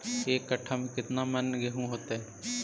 एक कट्ठा में केतना मन गेहूं होतै?